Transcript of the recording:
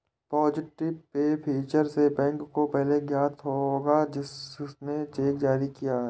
positive pay feature से bank को पहले ज्ञात होगा किसने चेक जारी किया है